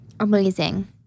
Amazing